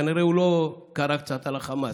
כנראה הוא לא קרא קצת על החמאס.